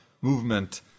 movement